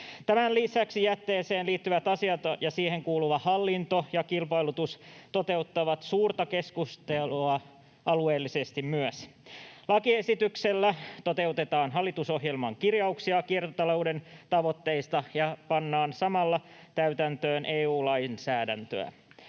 Tämän lisäksi jätteeseen liittyvät asiat ja siihen kuuluva hallinto ja kilpailutus herättävät suurta keskustelua myös alueellisesti. Lakiesityksellä toteutetaan hallitusohjelman kirjauksia kiertotalouden tavoitteista ja pannaan samalla täytäntöön EU-lainsäädäntöä.